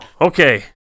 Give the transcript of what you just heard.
Okay